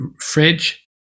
fridge